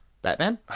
Batman